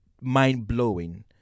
mind-blowing